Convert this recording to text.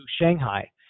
Shanghai